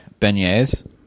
beignets